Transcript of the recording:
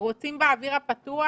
רוצים באוויר הפתוח?